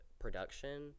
production